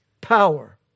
power